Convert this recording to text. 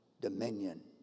Dominion